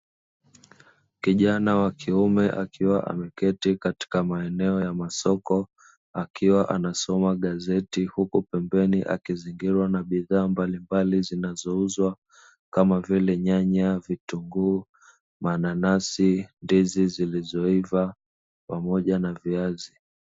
Kijana wa kiume akiwa ameketi katika maeneo ya masoko akiwa anasoma gazeti, huku pembeni akizingirwa na bidhaa mbalimbali zinazouzwa kama vile; nyanya, vitunguu, mananasi, ndizi zilizoiva pamoja na viazi.